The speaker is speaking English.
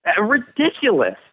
Ridiculous